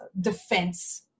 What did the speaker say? defense